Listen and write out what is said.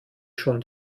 schon